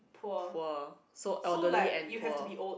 poor so elderly and poor